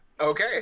Okay